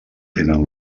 tenen